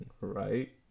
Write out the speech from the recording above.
Right